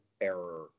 error